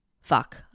fuck